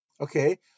okay